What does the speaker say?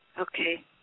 okay